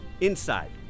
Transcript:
Inside